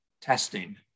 testing